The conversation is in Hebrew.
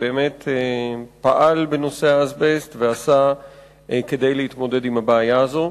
שבאמת פעל בנושא האזבסט ועשה כדי להתמודד עם הבעיה הזאת.